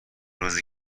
روزی